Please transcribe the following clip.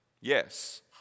yes